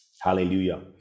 Hallelujah